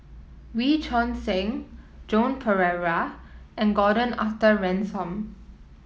Wee Choon Seng Joan Pereira and Gordon Arthur Ransome